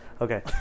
okay